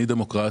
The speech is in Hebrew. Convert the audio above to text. אני דמוקרט.